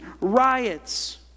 riots